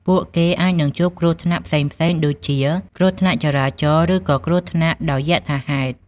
ពួកគេអាចនឹងជួបគ្រោះថ្នាក់ផ្សេងៗដូចជា គ្រោះថ្នាក់ចរាចរណ៍ ឬក៏គ្រោះថ្នាក់ដោយយថាហេតុ។